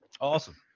Awesome